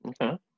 Okay